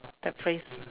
that phrase